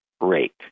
rate